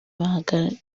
bangana